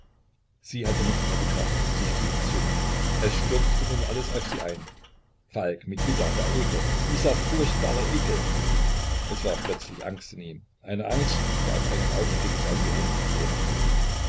sie hatte nicht mehr die kraft sich zu bezwingen es stürzte nun alles auf sie ein falk mikita der ekel dieser furchtbare ekel es war plötzlich angst in ihm eine angst die auf einen augenblick sein gehirn lähmte